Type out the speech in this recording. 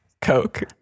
Coke